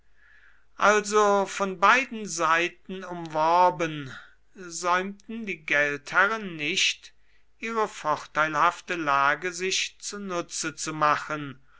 also von beiden seiten umworben säumten die geldherren nicht ihre vorteilhafte lage sich zunutze zu machen